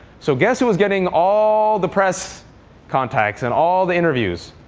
so guess who was getting all the press contacts and all the interviews?